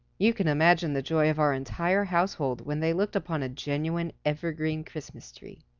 you can imagine the joy of our entire household when they looked upon a genuine, evergreen, christmas tree.